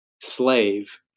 slave